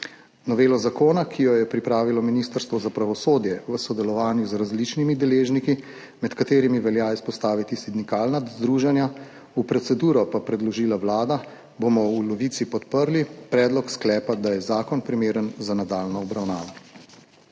Novelo zakona je pripravilo Ministrstvo za pravosodje v sodelovanju z različnimi deležniki, med katerimi velja izpostaviti sindikalna združenja, v proceduro pa jo je predložila Vlada. V Levici bomo podprli predlog sklepa, da je zakon primeren za nadaljnjo obravnavo.